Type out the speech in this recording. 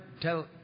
tell